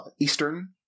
eastern